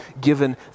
given